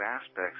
aspects